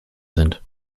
sind